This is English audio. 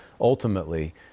ultimately